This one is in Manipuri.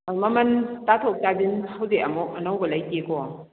ꯃꯃꯜ ꯇꯥꯊꯣꯛ ꯊꯥꯁꯤꯟ ꯍꯧꯖꯤꯛ ꯑꯃꯨꯛ ꯑꯅꯧꯕ ꯂꯩꯇꯦꯀꯣ